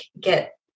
get